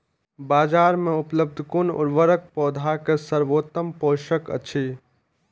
बाजार में उपलब्ध कुन उर्वरक पौधा के सर्वोत्तम पोषक अछि?